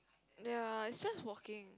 they are just walking